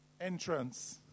Entrance